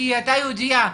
כי היא הייתה יהודייה,